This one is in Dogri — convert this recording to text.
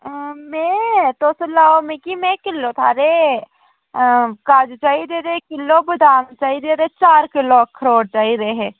अं में तुस लैओ मिकी में किलो हारे काजू चाहिदे ते किलो बदाम चाहिदे ते चार किलो अखरोट चाहिदे हे